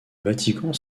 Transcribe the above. vatican